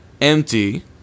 empty